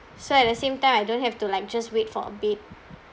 so at the same time I don't have to like just wait for a bed